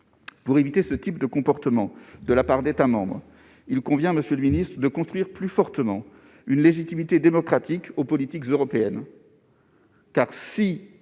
Pour éviter ce type de comportement de la part d'États membres, il convient, monsieur le ministre, de conférer une légitimité démocratique plus forte aux politiques européennes.